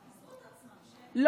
פיזרו את עצמם, שלי.